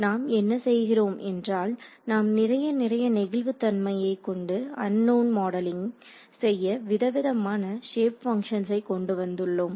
நாம் என்ன செய்கிறோம் என்றால் நாம் நிறைய நிறைய நெகிழ்வுத் தன்மையை கொண்டு அந்நோன்னை மாடலிங் செய்ய விதவிதமான ஷேப் பங்க்ஷனை கொண்டு வந்துள்ளோம்